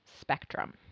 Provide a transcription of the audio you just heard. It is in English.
spectrum